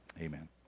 Amen